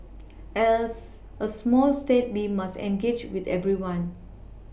as a small state we must engage with everyone